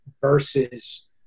versus